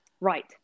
Right